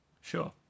Sure